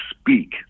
speak